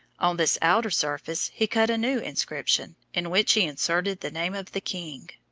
on this outer surface he cut a new inscription, in which he inserted the name of the king.